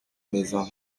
maison